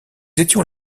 étions